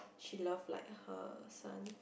she love like her son